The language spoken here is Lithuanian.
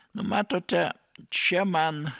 matote čia man